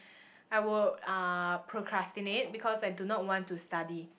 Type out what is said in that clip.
I would uh procrastinate because I do not want to study